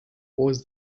was